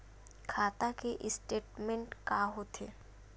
खाता के स्टेटमेंट का होथे?